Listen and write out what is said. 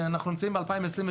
אנחנו נמצאים ב-2023,